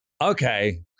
Okay